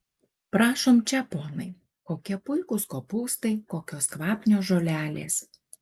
prašom čia ponai kokie puikūs kopūstai kokios kvapnios žolelės